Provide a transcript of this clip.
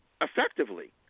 effectively